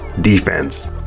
defense